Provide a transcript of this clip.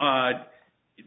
at